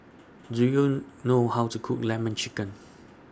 Do YOU know How to Cook Lemon Chicken